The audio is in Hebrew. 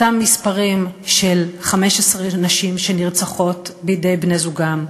אותם מספרים של 15 נשים שנרצחות בידי בני-זוגן,